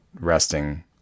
resting